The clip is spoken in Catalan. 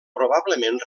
probablement